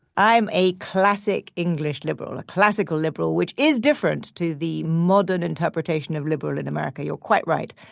i'm a classic english liberal. a classical liberal, which is different to the modern interpretation of liberal in america. you're quite right.